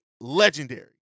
legendary